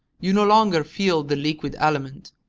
you no longer feel the liquid element,